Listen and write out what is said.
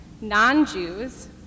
non-Jews